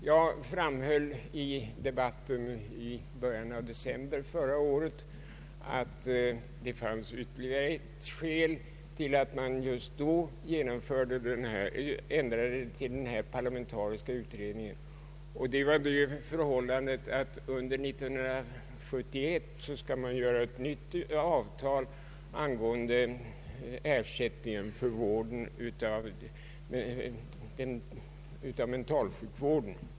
Jag framhöll i debatten i början av december förra året att det fanns ytterligare ett skäl till att just då ändra till en parlamentarisk utredning, nämligen det förhållandet att man under 1971 skall göra ett nytt avtal angående ersättningen för mentalsjukvården.